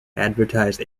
advertise